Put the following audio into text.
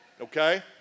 Okay